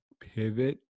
pivot